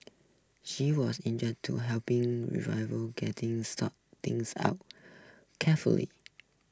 she was to helping getting sort things out carefully